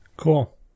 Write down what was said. cool